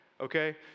okay